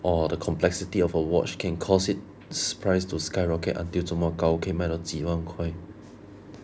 or the complexity of a watch can cause it's price to skyrocket until 这么高可以卖到几万块